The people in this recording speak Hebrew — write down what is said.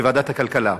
בוועדת הכלכלה,